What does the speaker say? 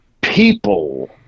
people